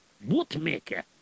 bootmaker